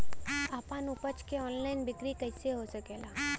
आपन उपज क ऑनलाइन बिक्री कइसे हो सकेला?